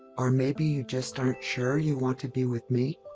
or maybe you just aren't sure you want to be with me?